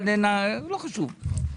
אבל לא חשוב.